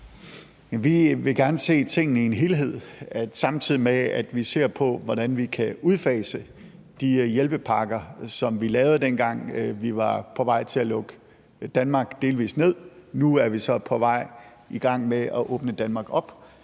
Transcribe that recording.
Vi vil gerne se tingene i en helhed, samtidig med at vi ser på, hvordan vi kan udfase de hjælpepakker, som vi lavede, dengang vi var på vej til at lukke Danmark delvis ned. Nu er vi så i gang med at åbne Danmark op,